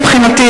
מבחינתי,